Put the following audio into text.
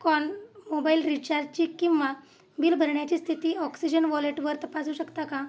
कॉन mobile रिचार्जची किंवा bill भरण्याची स्थिती ऑक्सिजन वॉलेटवर तपासू शकता का